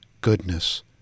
goodness